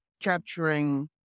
capturing